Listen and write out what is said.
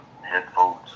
headphones